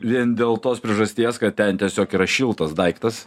vien dėl tos priežasties kad ten tiesiog yra šiltas daiktas